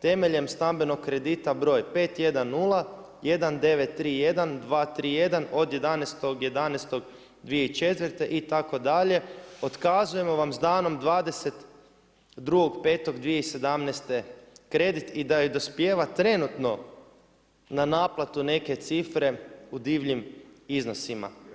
temeljem stambenog kredita broj 5101931231 od 11.11.2004. itd., otkazujemo vam s danom 22.5.2017. kredit i da joj dospijeva trenutno na naplatu neke cifre u divljim iznosima.